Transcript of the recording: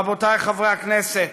רבותי חברי הכנסת,